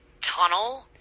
tunnel –